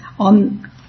On